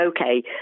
okay